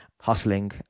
hustling